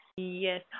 Yes